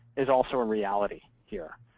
is also a reality here.